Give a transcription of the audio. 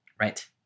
right